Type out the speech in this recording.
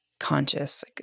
conscious